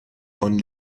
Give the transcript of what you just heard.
von